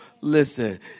Listen